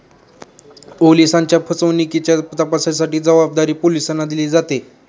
ओलिसांच्या फसवणुकीच्या तपासाची जबाबदारी पोलिसांना दिली जाते